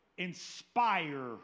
inspire